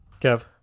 Kev